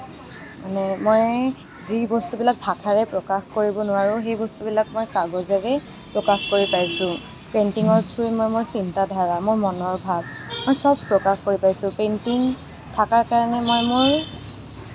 মানে মই যি বস্তুবিলাক ভাষাৰে প্ৰকাশ কৰিব নোৱাৰোঁ সেই বস্তুবিলাক মই কাগজেৰে প্ৰকাশ কৰি পাইছোঁ পেইণ্টিঙৰ থ্ৰুৱে মই মোৰ চিন্তাধাৰা মোৰ মনৰ ভাৱ মই সব প্ৰকাশ কৰি পাইছোঁ পেইণ্টিং থকাৰ কাৰণে মই মোৰ